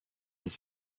his